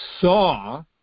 saw